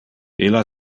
illa